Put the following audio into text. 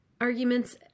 arguments